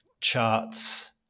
charts